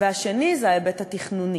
השני זה ההיבט התכנוני,